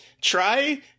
try